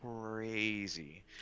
crazy